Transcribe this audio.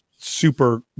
super